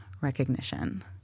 recognition